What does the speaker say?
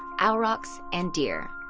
aurochs, and deer.